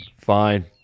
Fine